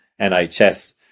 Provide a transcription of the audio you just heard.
NHS